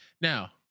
Now